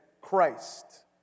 Christ